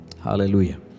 Hallelujah